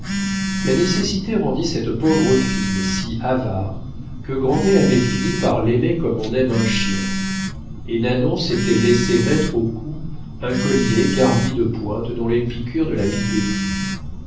la nécessité rendit cette pauvre fille si avare que grandet avait fini par l'aimer comme on aime un chien et nanon s'était laissé mettre au cou un collier garni de pointes dont les piqûres ne la piquaient plus